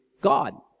God